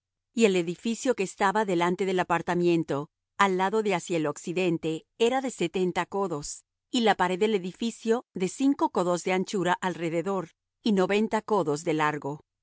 y el edificio que estaba delante del apartamiento al lado de hacia el occidente era de setenta codos y la pared del edificio de cinco codos de anchura alrededor y noventa codos de largo